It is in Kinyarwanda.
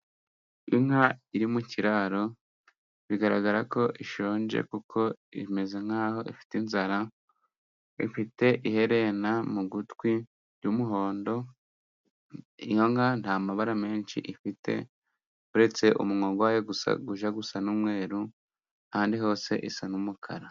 Inka iri mu kiraro bigaragara ko ishonje, kuko imeze nkaho ifite inzara. Ifite iherena mu gutwi ry'umuhondo, inka nta mabara menshi ifite. Uretse umunwa wayo ujya gusa n'umweru, ahandi hose isa n'umukara.